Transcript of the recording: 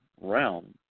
realm